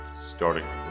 starting